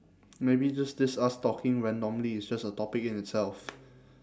maybe just this us talking randomly is just a topic in itself